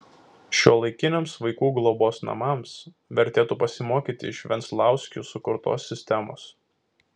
šiuolaikiniams vaikų globos namams vertėtų pasimokyti iš venclauskių sukurtos sistemos